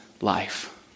life